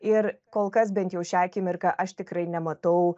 ir kol kas bent jau šią akimirką aš tikrai nematau